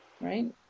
right